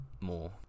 more